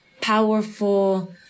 powerful